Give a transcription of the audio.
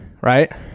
right